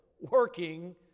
working